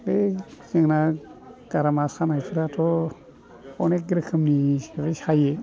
जोंना गारामा सानायफ्राथ' अनेख रोखोमनि सायो